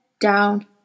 down